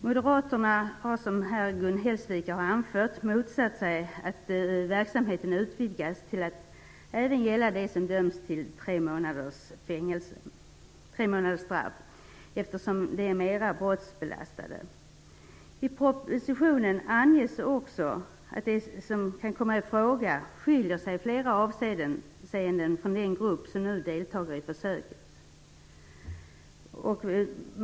Moderaterna har, som Gun Hellsvik här har anfört, motsatt sig att verksamheten utvidgas till att även gälla dem som döms till tremånadersstraff, eftersom de är mera brottsbelastade. I propositionen anges också att de som kan komma i fråga skiljer sig i flera avseenden från den grupp som nu deltar i försöket.